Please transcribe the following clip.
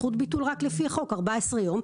זכות ביטול רק לפי החוק של 14 יום,